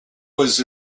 was